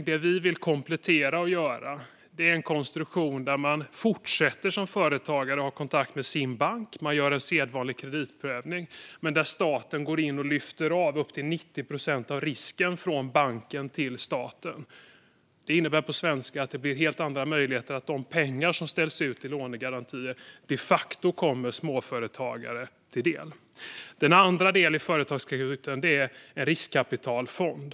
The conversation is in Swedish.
Det vi vill komplettera med och göra är en konstruktion där man fortsätter som företagare och har kontakt med sin bank, som gör en sedvanlig kreditprövning, men där staten går in och lyfter bort upp till 90 procent av risken från banken till staten. Detta innebär på ren svenska att det blir helt andra möjligheter och att de pengar som ställs ut i lånegarantier de facto kommer småföretagare till del. Företagsakutens andra del är en riskkapitalfond.